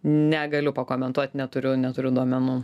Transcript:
negaliu pakomentuot neturiu neturiu duomenų